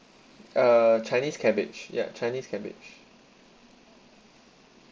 uh chinese cabbage yeah chinese cabbage